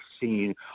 seen